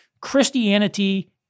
Christianity